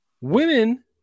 women